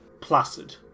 placid